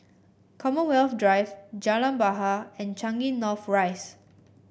Commonwealth Drive Jalan Bahar and Changi North Rise